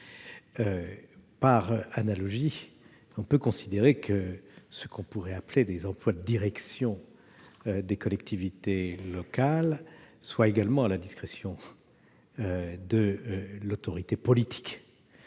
Par analogie, on pourrait considérer que les emplois de direction des collectivités locales sont également à la discrétion de l'autorité politique,